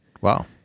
Wow